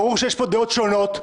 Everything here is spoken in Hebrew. ברור שיש פה דעות שונות,